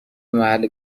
محل